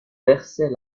versait